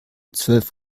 zwölf